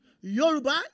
Yoruba